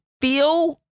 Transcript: feel